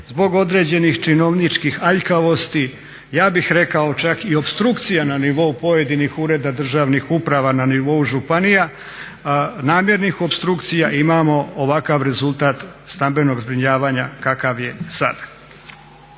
zbog određenih činovničkih aljkavosti ja bih rekao čak i opstrukcija na nivou pojedinih ureda državnih uprava na nivou županija, namjernih opstrukcija imamo ovakav rezultat stambenog zbrinjavanja kakav je sada.